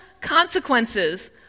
consequences